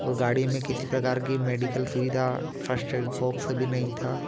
और गाड़ी में किसी प्रकार की मेडिकल फर्स्ट ऐड बॉक्स भी नहीं था